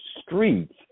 streets